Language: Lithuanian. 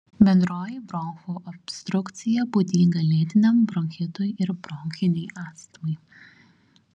bendroji bronchų obstrukcija būdinga lėtiniam bronchitui ir bronchinei astmai